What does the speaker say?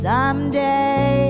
Someday